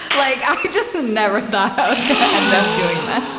like i just never thought i was gonna end up doing this.